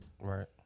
Right